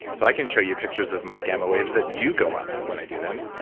so i can show you pictures of my gamma waves that do go up when i do them.